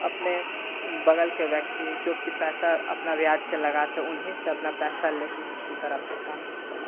अपने बगल के व्यक्ति जो कि पैसा अपना ब्याज पे लगा तो उन्हें से अपना पैसा लेकर किसी तरह अपना काम चलाते हैं